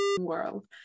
world